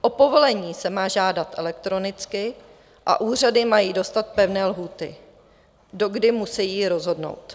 O povolení se má žádat elektronicky a úřady mají dostat pevné lhůty, do kdy musejí rozhodnout.